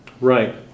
Right